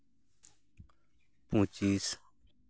ᱯᱚᱸᱪᱤᱥ